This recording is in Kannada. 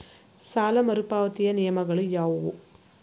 ಸಾಲ ಮರುಪಾವತಿಯ ನಿಯಮಗಳು ಯಾವುವು?